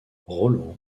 roland